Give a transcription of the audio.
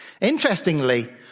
Interestingly